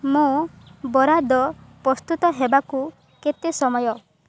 ମୋ ବରାଦ ପ୍ରସ୍ତୁତ ହେବାକୁ କେତେ ସମୟ